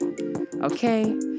Okay